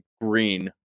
green